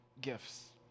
gifts